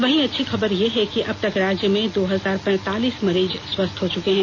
वहीं अच्छी खबर यह है कि अबतक राज्य में दो हजार पैंतालीस मरीज स्वस्थ हो चुके हैं